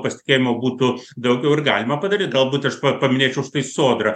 pasitikėjimo būtų daugiau ir galima padaryt galbūt aš pa paminėčiau štai sodrą